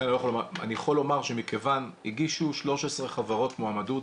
אני יכול לומר שהגישו 13 חברות מועמדות,